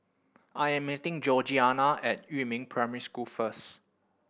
I am meeting Georgiana at Yumin Primary School first